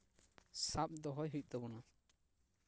ᱥᱟᱵ ᱫᱚᱦᱚᱭ ᱦᱩᱭᱩᱜ ᱛᱟᱵᱚᱱᱟ